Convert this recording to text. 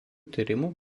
tyrimų